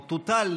או תוטל,